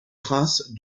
prince